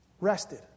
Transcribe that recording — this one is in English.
rested